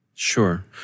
Sure